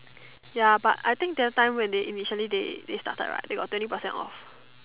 ya but I think the time when they initially they started right they got twenty percent off